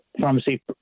pharmacy